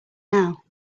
now